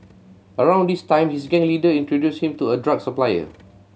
around this time his gang leader introduced him to a drug supplier